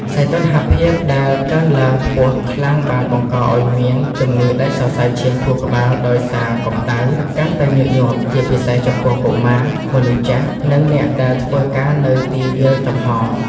សីតុណ្ហភាពដែលកើនឡើងខ្ពស់ខ្លាំងបានបង្កឱ្យមានជំងឺដាច់សរសៃឈាមខួរក្បាលដោយសារកម្ដៅ កាន់តែញឹកញាប់ ជាពិសេសចំពោះកុមារ មនុស្សចាស់ និងអ្នកដែលធ្វើការនៅទីវាលចំហ។